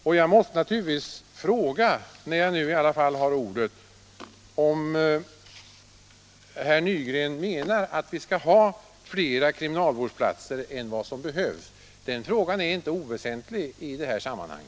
När jag nu i alla fall har ordet måste jag fråga om herr Nygren menar alt vi skall ha flera kriminalvårdsplatser än vad som behövs. Den frågan är inte oväsentlig I detta sammanhang.